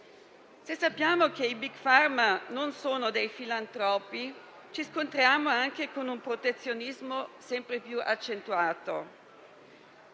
Se sappiamo che i *Big pharma* non sono filantropi ci scontriamo anche con un protezionismo sempre più accentuato.